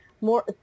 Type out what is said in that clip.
more